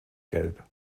gelb